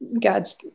god's